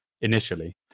initially